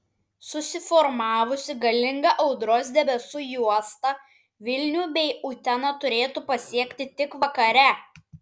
susiformavusi galinga audros debesų juosta vilnių bei uteną turėtų pasiekti tik vakare